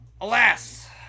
alas